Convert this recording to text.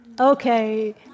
Okay